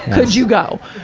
could you go?